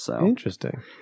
Interesting